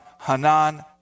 Hanan